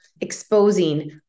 exposing